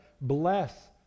bless